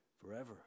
forever